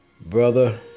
brother